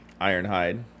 Ironhide